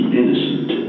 innocent